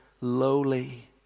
lowly